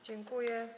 Dziękuję.